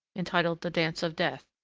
entitled the dance of death,